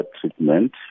treatment